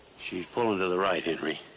she's pulling to the right, henry.